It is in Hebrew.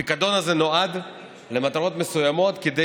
הפיקדון הזה נועד למטרות מסוימות כדי